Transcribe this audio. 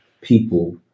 people